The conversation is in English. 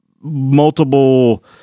multiple